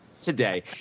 today